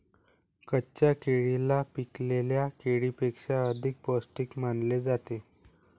कच्च्या केळीला पिकलेल्या केळीपेक्षा अधिक पोस्टिक मानले जाते